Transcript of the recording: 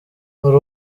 hari